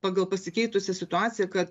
pagal pasikeitusią situaciją kad